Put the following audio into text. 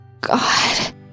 god